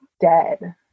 dead